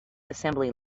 assembly